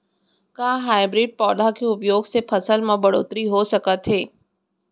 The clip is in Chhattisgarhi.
का हाइब्रिड पौधा के उपयोग से फसल म बढ़होत्तरी हो सकत हे?